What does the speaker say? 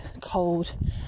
cold